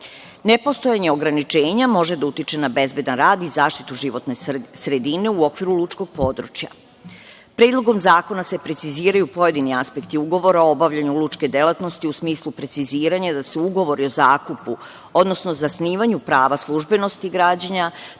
iste. Nepostojanje ograničenja može da utiče na bezbedan rad i zaštitu životne sredine u okviru lučkog područja. Predlogom zakona se preciziraju pojedini aspekti ugovora o obavljanju lučke delatnosti u smislu preciziranja da se ugovori o zakupu, odnosno zasnivanju prava službenosti građana